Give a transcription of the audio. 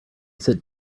sit